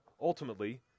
ultimately